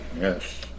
Yes